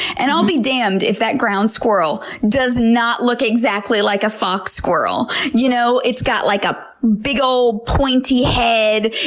and i'll be damned if that ground squirrel does not look exactly like a fox squirrel. you know it's got like a big old pointy head,